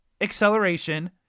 acceleration